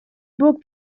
book